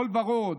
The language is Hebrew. הכול ורוד.